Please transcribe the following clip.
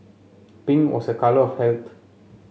pink was a colour of health